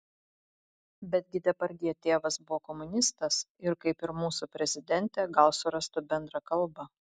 bet gi depardjė tėvas buvo komunistas ir kaip ir mūsų prezidentė gal surastų bendrą kalbą